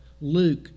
Luke